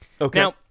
Okay